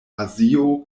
azio